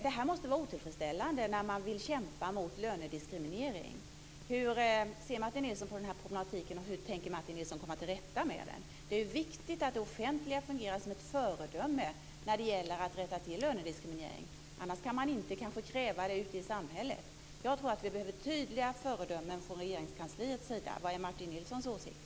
Det måste vara otillfredsställande när man vill kämpa mot lönediskriminering. Hur ser Martin Nilsson på de problemen, och hur tänker Martin Nilsson komma till rätta med dem? Det är viktigt att det offentliga fungerar som ett föredöme när det gäller att rätta till lönediskriminering. Annars går det inte att kräva det i samhället. Jag tror att vi behöver tydliga föredömen från Regeringskansliets sida. Vad är Martin Nilssons åsikt?